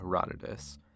Herodotus